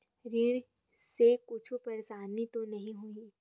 ऋण से कुछु परेशानी तो नहीं होही?